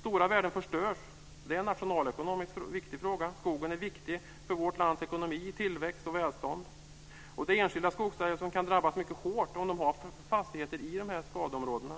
Stora värden förstörs. Det är en nationalekonomiskt viktig fråga. Skogen är viktig för vårt lands ekonomi, tillväxt och välstånd. De enskilda skogsägarna kan också drabbas mycket hårt om de har fastigheter i skadeområdena.